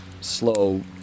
slow